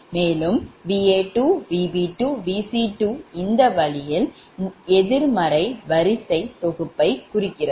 மேலும் Va2Vb2Vc2 இந்த வழியில் எதிர்மறை வரிசை தொகுப்பை குறிக்கிறது